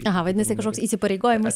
aha vadinasi kašoks įsipareigojimas